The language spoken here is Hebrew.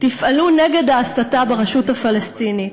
תפעלו נגד ההסתה ברשות הפלסטינית,